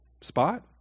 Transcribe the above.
spot